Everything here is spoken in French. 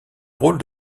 rôle